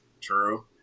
True